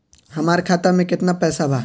हमार खाता में केतना पैसा बा?